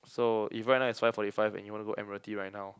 so if right now is five forty five and you wanna go Admiralty right now